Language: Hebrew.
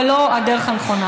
אבל לא הדרך הנכונה.